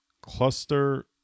cluster